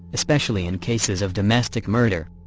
especially in cases of domestic murder.